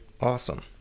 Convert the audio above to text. awesome